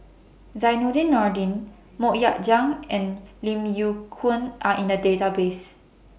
Zainudin Nordin Mok Ying Jang and Lim Yew Kuan Are in The Database